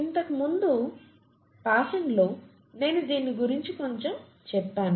ఇంతకు ముందు పాసింగ్లో నేను దాని గురించి కొంచెం చెప్పాను